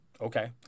Okay